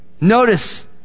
Notice